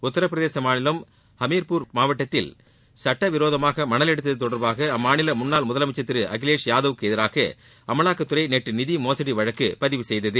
உத்திரபிரதேச மாநிலம் ஹமீர்பூர் மாவட்டத்தில் சட்ட விரோதமாக மணல் எடுத்தது தொடர்பாக அம்மாநில முன்னாள் முதலமைச்சர் திரு அகிலேஷ் யாதவுக்கு எதிராக அமலாக்கத்துறை நேற்று நிதி மோசடி வழக்குப் பதிவு செய்தது